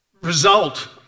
result